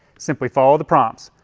simply follow the prompts.